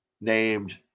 named